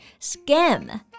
Scam